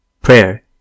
prayer